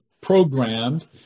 programmed